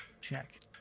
check